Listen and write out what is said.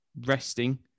resting